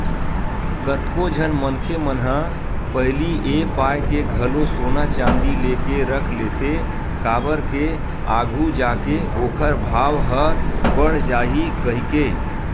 कतको झन मनखे मन ह पहिली ए पाय के घलो सोना चांदी लेके रख लेथे काबर के आघू जाके ओखर भाव ह बड़ जाही कहिके